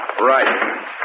Right